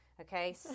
Okay